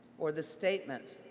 or the statement,